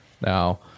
Now